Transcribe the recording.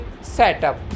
setup